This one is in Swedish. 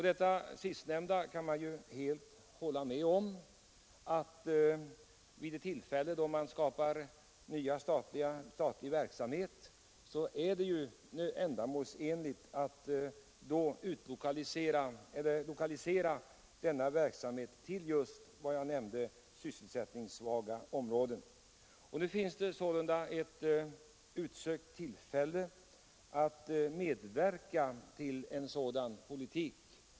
Det sistnämnda kan jag helt hålla med om. Nu finns ett utsökt tillfälle att medverka till en sådan politik.